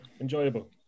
enjoyable